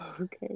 okay